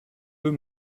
eux